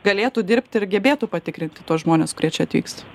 galėtų dirbti ir gebėtų patikrinti tuos žmones kurie čia atvyksta